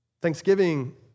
Thanksgiving